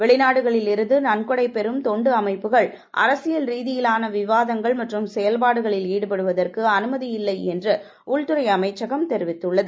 வெளிநாடுகளில் இருந்து நன்கொடை பெறும் தொன்டு அமைப்புகள் அரசியல் ரீதியிலான விவாதங்கள் மற்றும் செயல்பாடுகளில் ஈடுபடுவதற்கு அனுமதியில்லை என்று உள்துறை அமைச்சகம் தெரிவித்துள்ளது